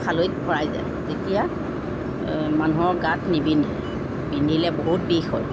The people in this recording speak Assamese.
খালৈত ভৰাই যায় তেতিয়া মানুহৰ গাত নিবিন্ধে বিন্ধিলে বহুত বিষ হয়